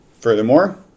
Furthermore